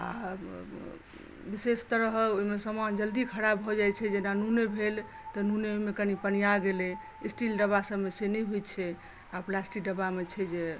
आ विशेषतर रहल ओहिमे सामान जल्दी खराब भऽ जाइत छै जेना नूने भेल तऽ नूनेमे कनि पनिआ गेलै स्टील डब्बा सभमे से नहि होइत छै आ प्लास्टिक डब्बामे छै जे